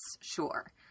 sure